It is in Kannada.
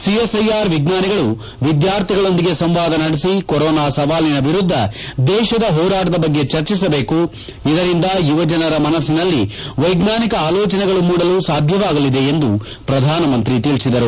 ಸಿಎಸ್ಐಆರ್ ವಿಜ್ಞಾನಿಗಳು ವಿದ್ಯಾರ್ಥಿಗಳೊಂದಿಗೆ ಸಂವಾದ ನಡೆಸಿ ಕೊರೋನಾ ಸವಾಲಿನ ವಿರುದ್ದ ದೇಶದ ಹೋರಾಟದ ಬಗ್ಗೆ ಚರ್ಚಿಸಬೇಕು ಇದರಿಂದ ಯುವಜನರ ಮನಸ್ಸಿನಲ್ಲಿ ವೈಜ್ಞಾನಿಕ ಆಲೋಚನೆಗಳು ಮೂಡಲು ಸಾಧ್ಯವಾಗಲಿದೆ ಎಂದು ಪ್ರಧಾನಮಂತ್ರಿ ತಿಳಿಸಿದರು